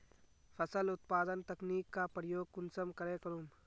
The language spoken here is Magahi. फसल उत्पादन तकनीक का प्रयोग कुंसम करे करूम?